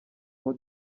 aho